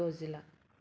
द'जि लाख